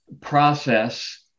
process